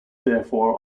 therefore